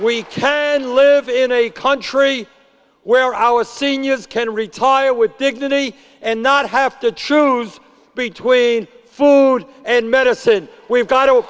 we can live in a country where our seniors can retire with dignity and not have to choose between food and medicine we've got